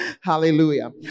Hallelujah